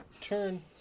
turn